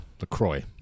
LaCroix